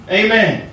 amen